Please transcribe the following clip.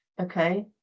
Okay